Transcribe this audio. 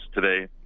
today